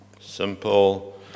Simple